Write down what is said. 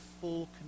full